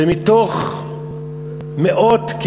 שמתוך מאות,